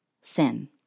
sin